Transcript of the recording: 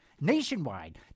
Nationwide